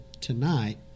tonight